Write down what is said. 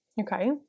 okay